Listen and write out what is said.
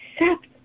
accept